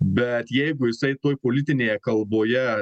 bet jeigu jisai toj politinėje kalboje